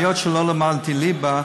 היות שלא למדתי ליבה,